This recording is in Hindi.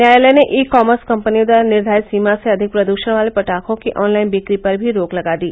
न्यायालय ने ई कॉमर्स कपनियों द्वारा निर्धारित सीमा से अधिक प्रदृषण वाले पटाखों की ऑनलाइन बिक्री पर भी रोक लगा दी